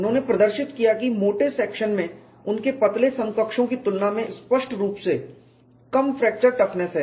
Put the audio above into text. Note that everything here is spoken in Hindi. उन्होंने प्रदर्शित किया कि मोटे सेक्शन में उनके पतले समकक्षों की तुलना में स्पष्ट रूप से कम फ्रैक्चर टफनेस है